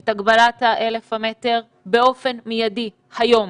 את הגבלת 1,000 המטרים, באופן מידי, היום.